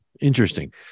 Interesting